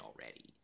already